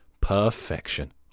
Perfection